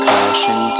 Caution